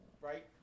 right